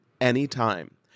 anytime